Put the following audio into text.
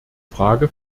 frage